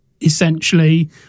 essentially